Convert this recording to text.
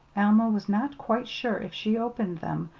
alma was not quite sure, if she opened them,